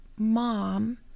Mom